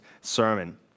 sermon